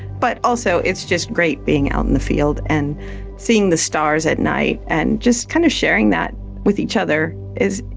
but also it's just great being out in the field and seeing the stars at night and just kind of sharing that with each other is,